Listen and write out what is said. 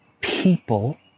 people